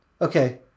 Okay